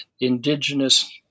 indigenous